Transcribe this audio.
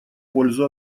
пользу